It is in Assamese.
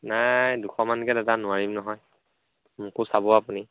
নাই দুশ মানকৈ দাদা নোৱাৰিম নহয় মোকো চাব আপুনি